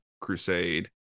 Crusade